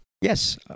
Yes